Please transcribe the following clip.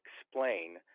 explain